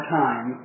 time